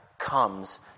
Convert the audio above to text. comes